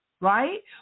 right